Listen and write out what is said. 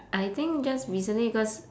I think just recently cause